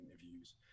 interviews